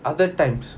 other times